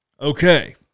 Okay